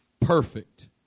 perfect